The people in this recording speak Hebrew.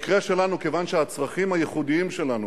אתם רוצים לעשות פה צנזורה לדברים של חבר הכנסת?